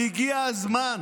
והגיע הזמן